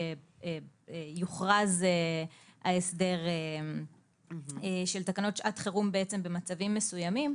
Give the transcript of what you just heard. שיוכרז ההסדר של תקנות שעת חירום במצבים מסוימים,